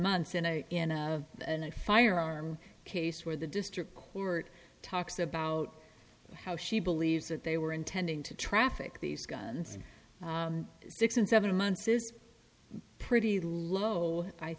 months in a in a firearm case where the district court talks about how she believes that they were intending to traffic these guns six and seven months is pretty low i